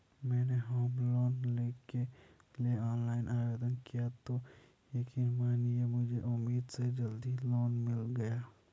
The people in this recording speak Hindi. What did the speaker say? मैंने होम लोन लेने के लिए ऑनलाइन आवेदन किया तो यकीन मानिए मुझे उम्मीद से जल्दी लोन मिल गया